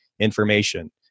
information